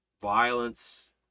violence